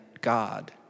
God